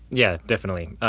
yeah. definitely.